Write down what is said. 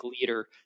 leader